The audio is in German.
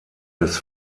des